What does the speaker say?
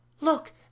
Look